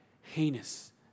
heinous